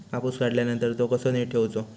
कापूस काढल्यानंतर तो कसो नीट ठेवूचो?